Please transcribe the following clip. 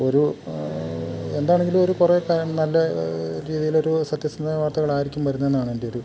ഒരു എന്താണെങ്കിലും ഒരു കുറെ നല്ല രീതിയിലൊരു സത്യസന്ധമായ വാർത്തകളായിരിക്കും വരുന്നതെന്നാണ് എൻ്റെ ഒരു